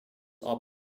are